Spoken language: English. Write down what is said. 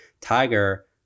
Tiger